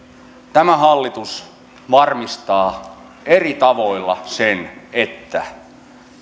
tämä hallitus varmistaa eri tavoilla sen että